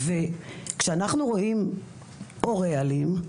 כשאנחנו רואים הורה אלים,